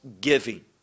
giving